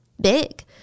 big